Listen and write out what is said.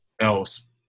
else